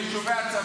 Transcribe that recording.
ליישובי הצפון.